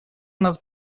нас